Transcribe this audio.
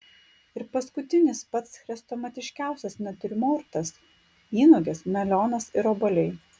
ir paskutinis pats chrestomatiškiausias natiurmortas vynuogės melionas ir obuoliai